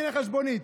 הינה חשבונית.